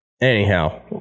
anyhow